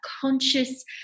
conscious